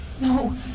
No